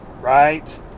right